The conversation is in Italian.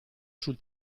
sul